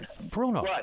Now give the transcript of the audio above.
Bruno